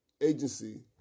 agency